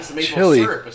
chili